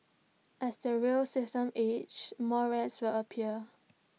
as the rail system ages more rats will appear